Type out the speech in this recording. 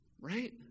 right